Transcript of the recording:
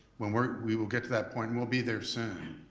when we're, we will get to that point and we'll be there soon.